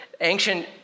ancient